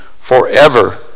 forever